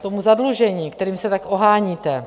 K tomu zadlužení, kterým se tak oháníte.